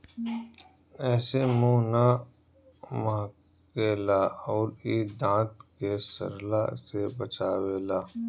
एसे मुंह ना महके ला अउरी इ दांत के सड़ला से बचावेला